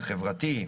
החברתי.